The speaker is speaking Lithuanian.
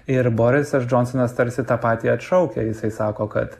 ir borisas džonsonas tarsi tą patį atšaukia jisai sako kad